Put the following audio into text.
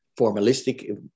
formalistic